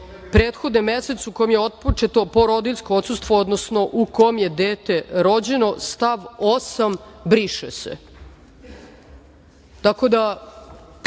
prethode mesecu u kojem je otpočelo porodiljsko odsustvo, odnosno u kom je dete rođeno. Stav 8. briše se.“Vi